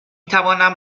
توانم